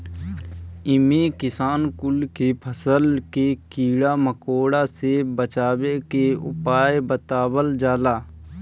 इमे किसान कुल के फसल के कीड़ा मकोड़ा से बचावे के उपाय बतावल जाला